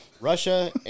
Russia